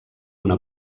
una